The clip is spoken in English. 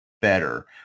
better